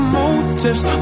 motives